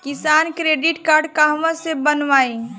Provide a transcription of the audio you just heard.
किसान credit card कहवा से बनवाई?